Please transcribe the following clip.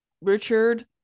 richard